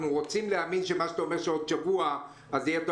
רוצים להאמין למה שאתה אומר שבעוד שבוע יהיו נתונים.